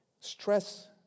Stress